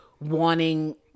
wanting